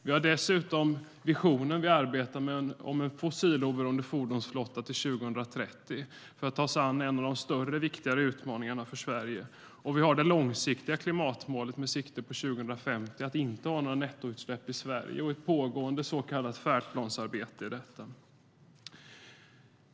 Vi arbetar också med visionen om en fossiloberoende fordonsflotta till 2030. Här tar vi oss an en av de stora, viktiga utmaningarna för Sverige. Vi har dessutom det långsiktiga klimatmålet, med sikte på 2050, om att inte ha några nettoutsläpp i Sverige och ett pågående så kallat färdplansarbete i detta.